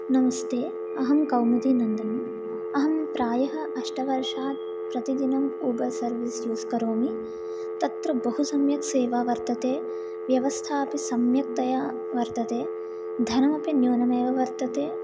नमस्ते अहं कौमुदीनन्दिनी अहं प्रायः अष्टवर्षात् प्रतिदिनं उबर् सर्विस् यूस् करोमि तत्र बहुसम्यक् सेवा वर्तते व्यवस्था अपि सम्यक्तया वर्तते धनमपि न्यूनमेव वर्तते